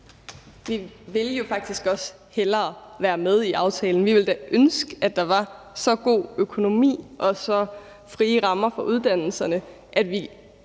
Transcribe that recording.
Vi vil jo faktisk også hellere være med i aftalen. Vi ville da ønske, der var så god økonomi og så frie rammer for uddannelserne, at vi